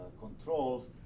controls